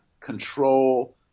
control